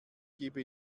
gebe